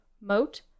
moat